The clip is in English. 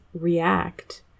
react